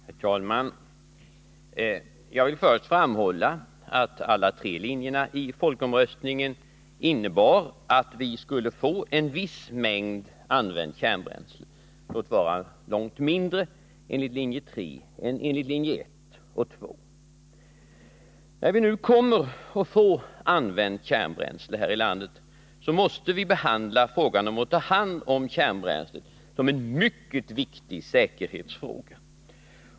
Herr talman! Jag vill först framhålla att vi enligt alla tre linjerna i folkomröstningen skulle få en viss mängd använt kärnbränsle — låt vara långt mindre enligt linje 3 än enligt linje 1 och 2. När vi nu kommer att få använt kärnbränsle här i landet måste vi betrakta omhändertagandet av detta som en mycket viktig säkerhetsfråga.